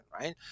right